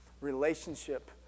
Relationship